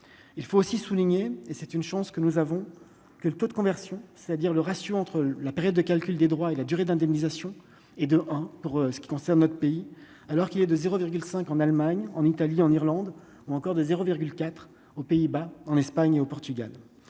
il faut aussi souligner et c'est une chance que nous avons, que le taux de conversion, c'est-à-dire le ratio entre la période de calcul des droits et la durée d'indemnisation et de un pour ce qui concerne notre pays alors qu'il est de 0 virgule cinq en Allemagne, en Italie, en Irlande ou encore de 0 virgule 4 aux Pays-Bas, en Espagne et au Portugal,